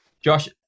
Josh